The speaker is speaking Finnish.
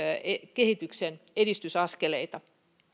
kehityksen edistysaskeleita